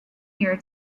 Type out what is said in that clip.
here